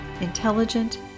intelligent